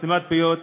של סתימת פיות,